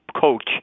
coach